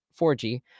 4g